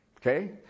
Okay